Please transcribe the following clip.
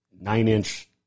nine-inch